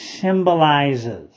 symbolizes